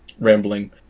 rambling